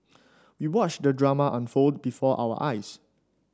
we watched the drama unfold before our eyes